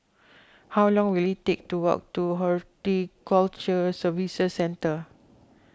how long will it take to walk to Horticulture Services Centre